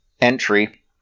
entry